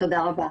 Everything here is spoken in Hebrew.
תודה רבה.